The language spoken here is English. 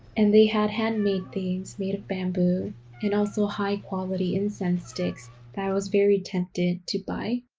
and they had handmade things made of bamboo and also high-quality incense sticks that i was very tempted to buy.